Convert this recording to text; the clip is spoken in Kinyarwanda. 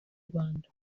rwanda